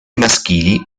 maschili